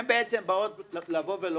הן בעצם באות לומר: